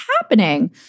happening